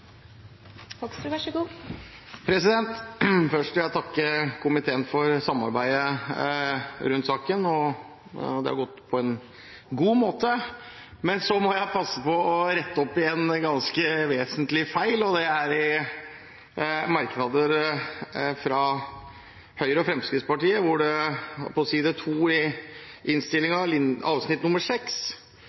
Først vil jeg takke komiteen for samarbeidet rundt saken. Det har gått på en god måte. Så må jeg passe på å rette opp en ganske vesentlig feil. I merknaden fra Høyre og Fremskrittspartiet på side 2, avsnitt nr. 6, i innstillingen står det at Fürst Medisinsk Laboratorium, som er Norges største laboratorium, har 10 000 prøver i